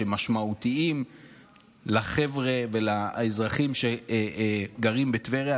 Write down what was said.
שמשמעותיים לחבר'ה ולאזרחים שגרים בטבריה,